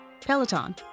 Peloton